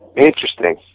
Interesting